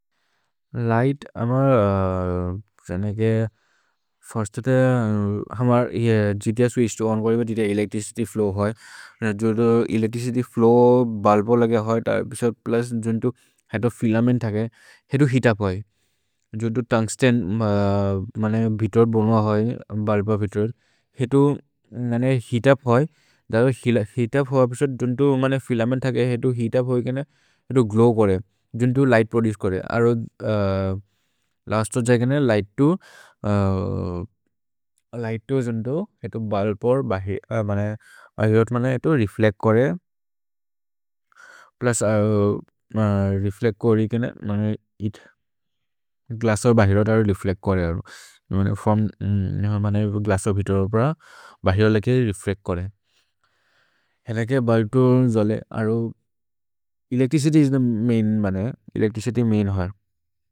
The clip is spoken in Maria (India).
लिघ्त् अमर् जनके फिर्स्तते हमर् ये जित्य स्वित्छ् तो ओन् करिव जित्य एलेच्त्रिचित्य् फ्लोव् होइ न। जोदो एलेच्त्रिचित्य् फ्लोव् बल्प लगे होइ त एपिशोद् प्लुस् जुन्तो है तो फिलमेन्त् थके हेतु हेअत् उप् होइ जोन्तो। तुन्ग्स्तेन् मा माने वितोर् बोन्व होइ बल्प वितोर् हेतु नाने हेअत् उप् होइ त एपिशोद् जुन्तो माने फिलमेन्त् थके। हेतु हेअत् उप् होइ केने हेतु ग्लोव् कोरे जुन्तो लिघ्त् प्रोदुचे कोरे अरो लस्तो जय् केने लिघ्त् तो लिघ्त् तो जुन्तो। हेतु बल्पोर् बहे माने इतो रेफ्लेच्त् कोरे प्लुस् रेफ्लेच्त् कोरे केने इत् ग्लस्सोर् बहिरोत् अरो रेफ्लेच्त् कोरे माने। फ्रोम् माने ग्लस्सोर् वितोर् प्र बहिरोलके रेफ्लेच्त् कोरे हेलके बल्तो जले अरो एलेच्त्रिचित्य् इस् थे मैन् माने एलेच्त्रिचित्य् मैन् वोर्क्।